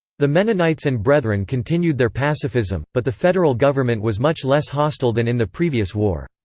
the mennonites and brethren continued their pacifism, but the federal government was much less hostile than in the previous war.